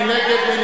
מי נגד?